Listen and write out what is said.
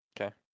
Okay